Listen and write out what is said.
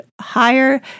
higher